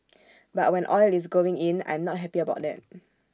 but when oil is going in I'm not happy about that